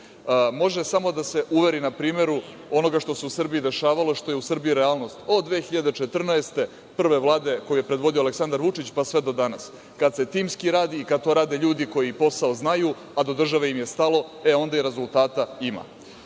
Može samo da se uveri na primeru onoga što se u Srbiji dešavalo, što je u Srbiji realnost od 2014. godine prve Vlade koju je predvodio Aleksandar Vučić, pa sve do danas. Kad se timski radi i kad to rade ljudi koji posao znaju, a do države im je stalo, e, onda i rezultata